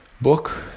book